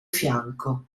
fianco